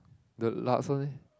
the last one eh